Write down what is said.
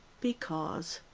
because.